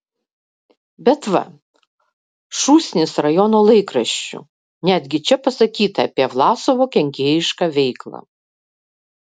bet va šūsnis rajono laikraščių netgi čia pasakyta apie vlasovo kenkėjišką veiklą